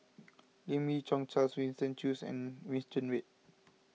Lim Yi Yong Charles Winston Choos and